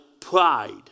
pride